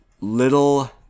Little